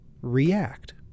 react